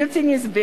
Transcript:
היא בלתי נסבלת.